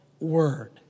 word